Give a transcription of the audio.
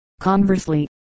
Conversely